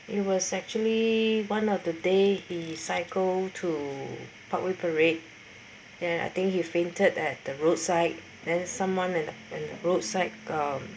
it was actually one of the day he cycle to parkway parade and I think he fainted at the roadside then someone at the at the roadside um